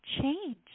change